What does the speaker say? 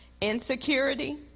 Insecurity